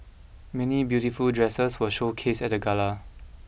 many beautiful dresses were showcased at the gala